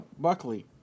Buckley